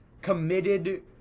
committed